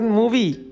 movie